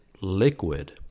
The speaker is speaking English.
liquid